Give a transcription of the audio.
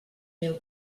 mil